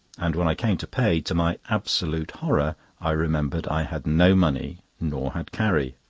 and when i came to pay, to my absolute horror i remembered i had no money, nor had carrie.